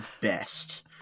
best